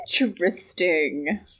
Interesting